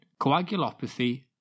coagulopathy